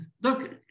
Look